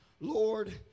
Lord